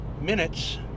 minutes